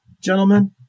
gentlemen